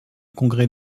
congrès